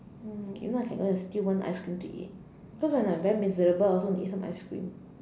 mm if not I can go and steal one ice cream to eat because when I'm very miserable I also want to eat some ice cream